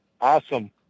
Awesome